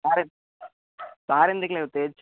sir sir ఎందుకులే ఉత్తేజ్